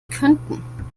könnten